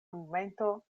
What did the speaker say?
momento